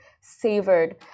savored